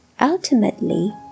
Ultimately